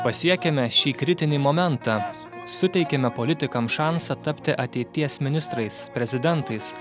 pasiekėme šį kritinį momentą suteikėme politikams šansą tapti ateities ministrais prezidentais